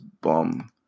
bum